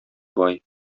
бай